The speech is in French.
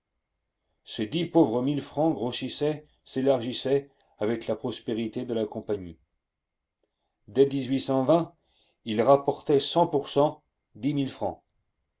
ces dix pauvres mille francs grossissaient s'élargissaient avec la prospérité de la compagnie dès ils rapportaient cent pour cent dix mille francs